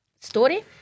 story